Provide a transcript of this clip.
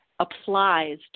Applies